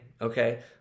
okay